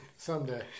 Someday